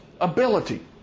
ability